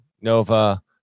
Nova